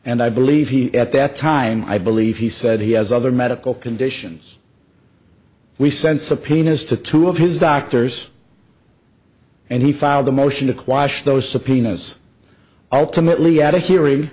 and i believe he at that time i believe he said he has other medical conditions we sent subpoenas to two of his doctors and he filed a motion to quash those subpoenas ultimately at a hearing